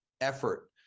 effort